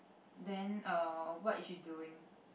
then err what is she doing